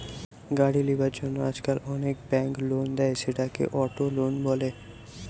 গাড়ি লিবার জন্য আজকাল অনেক বেঙ্ক লোন দেয়, সেটাকে অটো লোন বলে